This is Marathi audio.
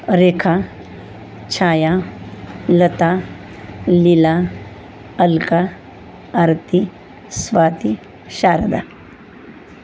रेखा छाया लता लीला अल्का आरती स्वाती शारदा